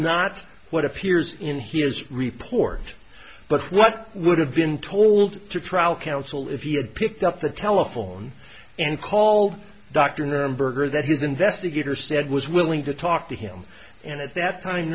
not what appears in his report but what would have been told to trial counsel if he had picked up the telephone and called dr nuremberg or that his investigator said was willing to talk to him and at that time